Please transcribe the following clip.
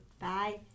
bye